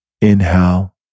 Inhale